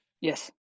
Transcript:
Yes